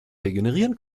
regenerieren